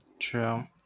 true